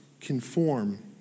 conform